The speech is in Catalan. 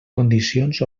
condicions